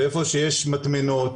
ואיפה שיש מטמנות,